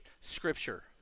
scripture